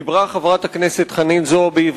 דיברה חברת הכנסת חנין זועבי,